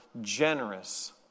generous